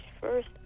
first